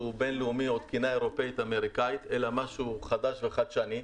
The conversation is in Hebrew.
בין-לאומי או תקינה אירופאית-אמריקאית אלא משהו חדש וחדשני.